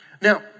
Now